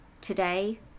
today